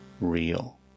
real